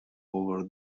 over